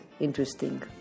interesting